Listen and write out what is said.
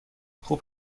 خوب